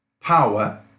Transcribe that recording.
power